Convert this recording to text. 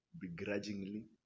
begrudgingly